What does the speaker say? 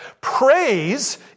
Praise